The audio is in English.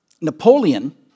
Napoleon